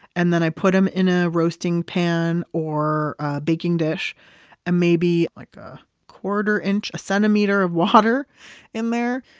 and then i put them in a roasting pan or a baking dish and maybe, like a quarter inch, a centimeter of water in there.